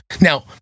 Now